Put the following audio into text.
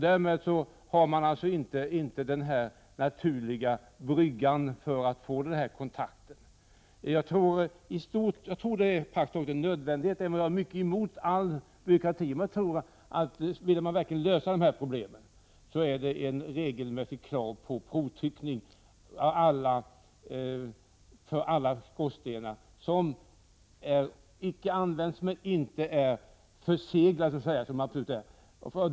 Därmed finns det inte någon naturlig brygga för en kontakt i det avseendet. Jag tror de facto att det är nödvändigt — även om jag är mycket emot varje form av byråkrati — att det, om man verkligen vill lösa det här problemet, ställs regelrätta krav på provtryckning av alla skorstenar som inte används och som inte är förseglade.